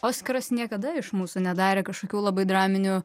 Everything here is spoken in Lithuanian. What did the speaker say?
oskaras niekada iš mūsų nedarė kažkokių labai draminių